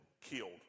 killed